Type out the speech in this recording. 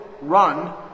run